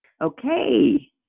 Okay